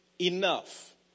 Enough